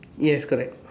yes correct